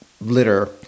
litter